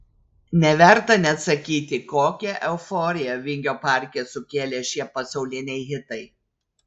neverta net sakyti kokią euforiją vingio parke sukėlė šie pasauliniai hitai